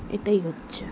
এটাই হচ্ছে